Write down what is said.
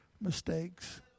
mistakes